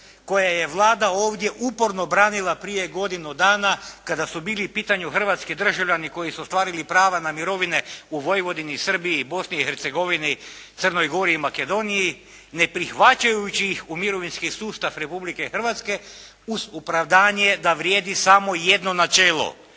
koje je Vlada ovdje uporno branila prije godinu dana kada su bili u pitanju hrvatski državljani koji su ostvarili prava na mirovine u Vojvodini i Srbiji i Bosni i Hercegovini, Crnoj Gori i Makedoniji ne prihvaćajući ih u mirovinski sustav Republike Hrvatske uz opravdanje da vrijedi samo jedno načelo,